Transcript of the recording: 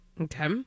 Okay